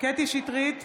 קטי קטרין שטרית,